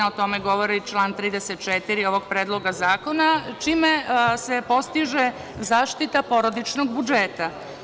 O tome govori član 34. ovog predloga zakona, čime se postiže zaštita porodičnog budžeta.